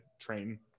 train